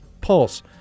Pulse